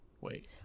wait